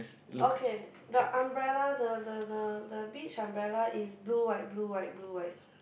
okay the umbrella the the the the beach umbrella is blue white blue white blue white